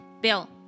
Bill